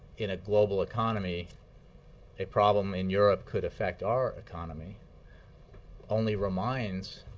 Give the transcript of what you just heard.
in a global economy a problem in europe could affect our economy only reminds